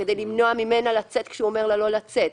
כדי למנוע ממנה לצאת כשהוא אומר לה לא לצאת.